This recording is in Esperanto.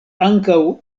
ankaŭ